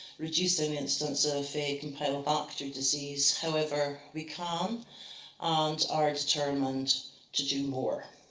reducing incidence of campylobacter disease. however, we can and are determined to do more.